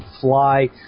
fly